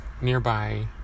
nearby